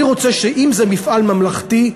אני רוצה שאם זה מפעל ממלכתי,